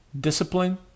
Discipline